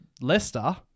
Leicester